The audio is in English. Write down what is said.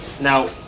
now